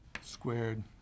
squared